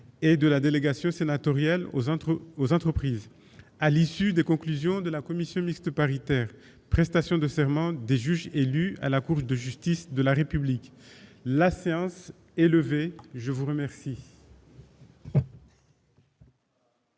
et de la délégation sénatoriale aux entreprises, aux entreprises, à l'issue des conclusions de la commission mixte paritaire, prestation de serment des juges élus à la Cour de justice de la République, la séance est levée, je vous remercie.